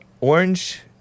Orange